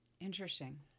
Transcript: Interesting